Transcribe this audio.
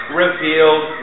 revealed